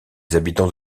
habitants